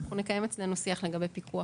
ואנחנו גם נקיים אצלנו שיח לגבי פיקוח